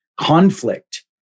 conflict